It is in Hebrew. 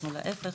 אנחנו להיפך,